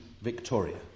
Victoria